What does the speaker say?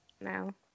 no